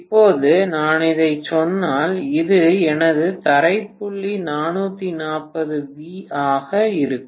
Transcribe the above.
இப்போது நான் இதைச் சொன்னால் இது எனது தரைப்புள்ளி 440 வி ஆக இருக்கும்